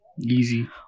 Easy